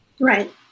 Right